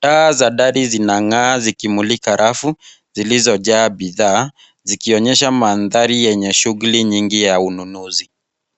Taa za dari zinang'aa zikimulika rafu zilizojaa bidhaa zikionyesha mandhari yenye shughuli nyingi ya ununuzi.